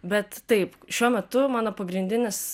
bet taip šiuo metu mano pagrindinis